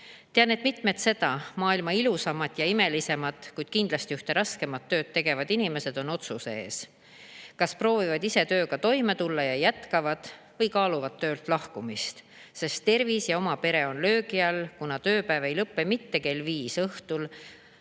Tean, et mitmed seda maailma ilusaimat ja imelisimat, kuid kindlasti ühte kõige raskemat tööd tegevad inimesed on otsuse ees: nad kas proovivad tööga toime tulla ja jätkavad või lahkuvad töölt, sest oma tervis ja oma pere on löögi all. Nende tööpäev ei lõpe mitte kell viis õhtul,